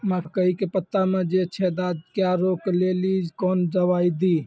मकई के पता मे जे छेदा क्या रोक ले ली कौन दवाई दी?